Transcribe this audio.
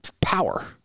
power